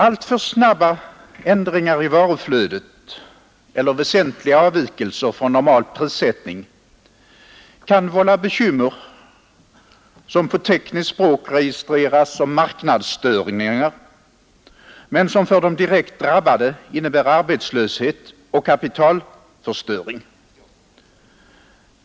Alltför snabba ändringar i varuflödet eller väsentliga avvikelser från normal prissättning kan vålla bekymmer som på tekniskt språk registreras som marknadsstörningar men som för de direkt drabbade innebär arbetslöshet och kapitalförstöring.